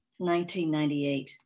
1998